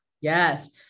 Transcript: Yes